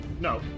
No